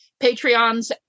Patreons